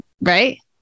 right